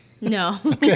No